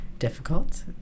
Difficult